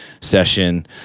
session